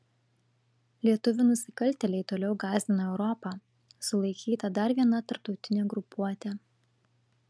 lietuvių nusikaltėliai toliau gąsdina europą sulaikyta dar viena tarptautinė grupuotė